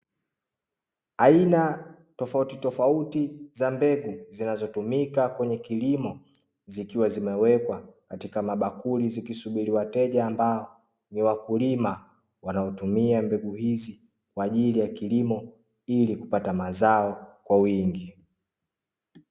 Aina tofauti tofauti za mbegu zinazotumika kwenye kilimo zikiwa zimewekwa katika mabakuli zikisubiri wateja ambao ni wakulima wanaotumia mbegu hizi kwa ajili ya kilimo ili kupata mazao kwa wingi.